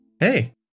Hey